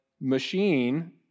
machine